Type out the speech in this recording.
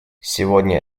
сегодня